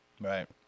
Right